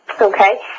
Okay